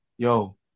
Yo